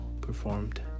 performed